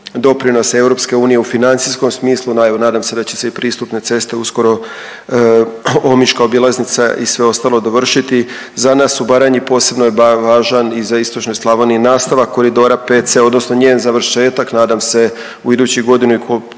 doprinos EU u financijskom smislu. Evo nadam se da će se i pristupne ceste uskoro omiška obilaznica i sve ostalo dovršiti. Za nas u Baranji posebno je važan i za Istočnu Slavoniju nastavak koridora 5C odnosno njen završetak, nadam se u idućih godinu, godinu